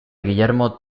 guillermo